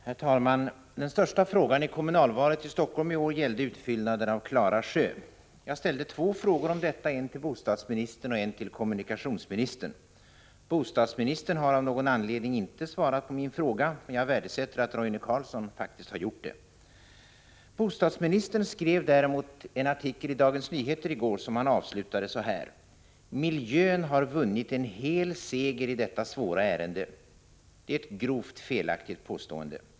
Herr talman! Den största frågan i kommunalvalet i Helsingfors i år gällde utfyllnaden av Klara sjö. Jag ställde två frågor om detta här i riksdagen, en till bostadsministern och en till kommunikationsministern. Bostadsministern har av någon anledning inte svarat på min fråga, men jag värdesätter att Roine Carlsson har gjort det. Bostadsministern skrev däremot en artikel i Dagens Nyheter för i går som han avslutade så här: ”Miljön har vunnit en hel seger i detta svåra ärende.” Det är ett grovt felaktigt påstående.